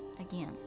again